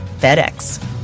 FedEx